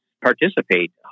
participate